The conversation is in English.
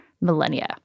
millennia